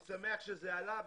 אני שמח שזה עלה,